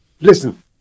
Listen